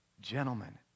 gentlemen